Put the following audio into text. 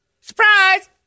Surprise